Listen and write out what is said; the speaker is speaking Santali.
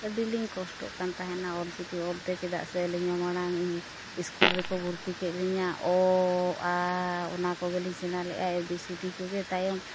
ᱟᱹᱰᱤᱞᱤᱧ ᱠᱚᱥᱴᱚᱜ ᱠᱟᱱ ᱛᱟᱦᱮᱱᱟ ᱚᱞ ᱪᱤᱠᱤ ᱚᱞᱛᱮ ᱪᱮᱫᱟᱜ ᱥᱮ ᱟᱹᱞᱤᱧᱢᱟ ᱢᱟᱲᱟᱝ ᱤᱥᱠᱩᱞ ᱨᱮᱠᱚ ᱵᱷᱚᱨᱛᱤ ᱠᱮᱫᱞᱤᱧᱟ ᱚ ᱟ ᱚᱱᱟ ᱠᱚᱜᱮᱞᱤᱧ ᱥᱮᱬᱟ ᱞᱮᱜᱼᱟ ᱮ ᱵᱤ ᱥᱤ ᱰᱤ ᱠᱚᱜᱮ ᱛᱟᱭᱚᱢ